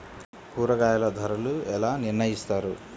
కూరగాయల ధరలు ఎలా నిర్ణయిస్తారు?